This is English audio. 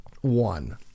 one